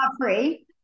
free